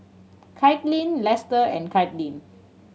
Kaitlyn Lester and Caitlyn